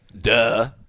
duh